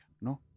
No